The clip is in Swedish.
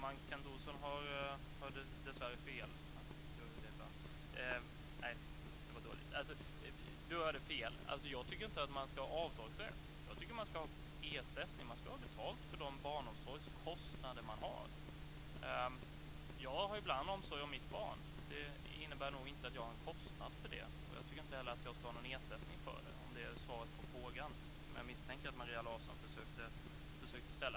Herr talman! Kent Olsson hörde fel. Jag tycker inte att man ska ha avdragsrätt. Jag tycker att man ska ha ersättning, att man ska ha betalt för de barnomsorgskostnader man har. Jag har ibland omsorg om mitt barn, och det innebär nog inte att jag har en kostnad för det. Jag tycker inte heller att jag ska ha någon ersättning för det. Det är svaret på den fråga som jag misstänker att Maria Larsson försökte ställa.